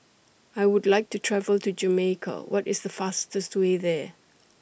I Would like to travel to Jamaica What IS The fastest Way There